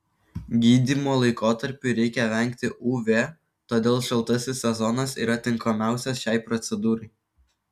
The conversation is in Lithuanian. gydymo laikotarpiu reikia vengti uv todėl šaltasis sezonas yra tinkamiausias šiai procedūrai